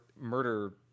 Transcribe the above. murder